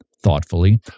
thoughtfully